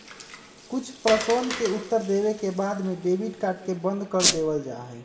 कुछ प्रश्नवन के उत्तर देवे के बाद में डेबिट कार्ड के बंद कर देवल जाहई